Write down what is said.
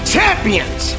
Champions